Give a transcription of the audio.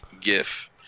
GIF